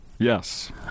Yes